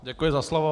Děkuji za slovo.